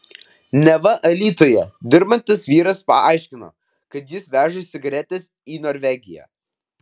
neva alytuje dirbantis vyras paaiškino kad jis veža cigaretes į norvegiją